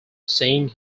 seeing